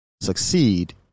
succeed